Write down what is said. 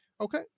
Okay